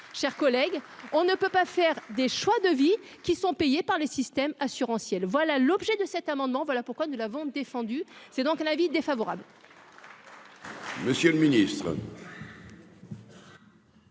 chère collègue, on ne peut pas faire des choix de vie qui sont payés par les système assurantiel, voilà l'objet de cet amendement, voilà pourquoi nous l'avons défendu, c'est donc un avis défavorable.